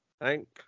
Thank